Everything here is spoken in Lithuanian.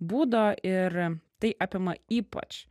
būdo ir tai apima ypač